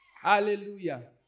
Hallelujah